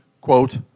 quote